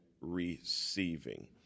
receiving